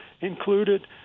included